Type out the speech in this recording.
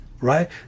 right